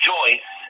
Joyce